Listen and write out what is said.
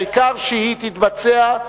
העיקר שהיא תתבצע.